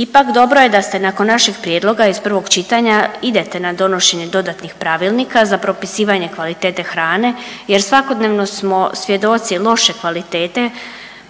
Ipak dobro je da ste nakon našeg prijedloga iz prvog čitanja idete na donošenje dodatnih pravilnika za propisivanje kvalitete hrane, jer svakodnevno smo svjedoci loše kvalitete,